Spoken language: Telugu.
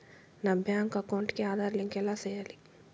నా బ్యాంకు అకౌంట్ కి ఆధార్ లింకు ఎలా సేయాలి